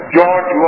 George